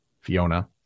Fiona